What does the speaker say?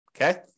Okay